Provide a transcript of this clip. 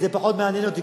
זה פחות מעניין אותי.